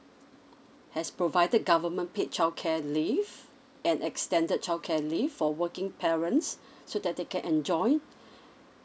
has provided government paid childcare leave and extended childcare leave for working parents so that they can enjoy